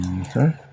Okay